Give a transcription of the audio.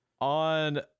On